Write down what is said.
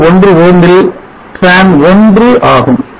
1 ohms ல் tran 1 ஆகும்